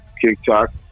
TikTok